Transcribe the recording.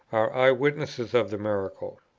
are eye-witnesses of the miracle.